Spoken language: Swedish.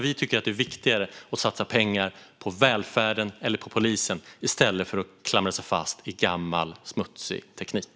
Vi tycker att det är viktigare att satsa pengar på välfärden eller polisen, i stället för att klamra sig fast vid gammal smutsig teknik.